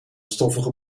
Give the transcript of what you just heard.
stoffige